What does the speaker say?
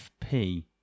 FP